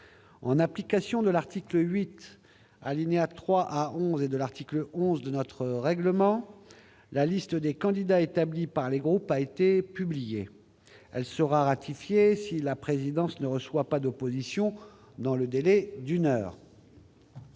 En application de l'article 8, alinéas 3 à 11, et de l'article 11 de notre règlement, la liste des candidats établie par les groupes a été publiée. Elle sera ratifiée si la présidence ne reçoit pas d'opposition dans le délai d'une heure.